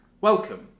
Welcome